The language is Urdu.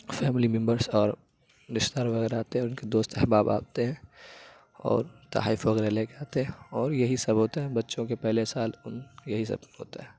فیملی ممبرس اور رشتے دار وغیرہ آتے ہیں ان کے دوست احباب آتے ہیں اور تحائف وغیرہ لے کے آتے ہیں اور یہی سب ہوتا ہے بچوں کے پہلے سال ان یہی سب ہوتا ہے